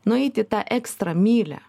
nueiti tą ekstra mylią